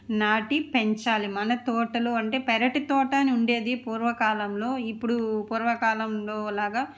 నాటి పెంచాలి మన తోటలో అంటే పెరటి తోట అని ఉండేది పూర్వకాలంలో ఇప్పుడు పూర్వకాలంలో లాగా